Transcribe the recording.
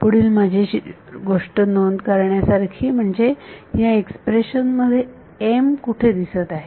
पुढील मजेशीर गोष्ट नोंद करण्यासारखी म्हणजे ह्या एक्सप्रेशन मध्ये m कुठे दिसत आहे